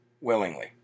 willingly